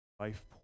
life